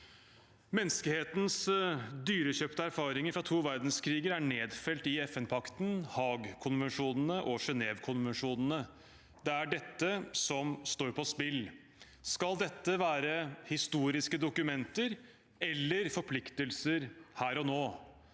Menneskehetens dyrekjøpte erfaringer fra to verdenskriger er nedfelt i FN-pakten, Haagkonvensjonene og Genèvekonvensjonene. Det er det som står på spill. Skal dette være historiske dokumenter eller forpliktelser her og nå?